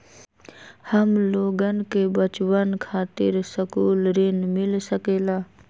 हमलोगन के बचवन खातीर सकलू ऋण मिल सकेला?